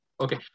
Okay